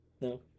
No